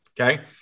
Okay